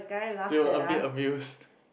they were a bit amused